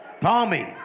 Tommy